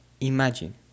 Imagine